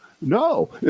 no